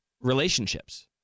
Relationships